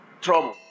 trouble